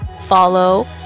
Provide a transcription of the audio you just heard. follow